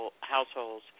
households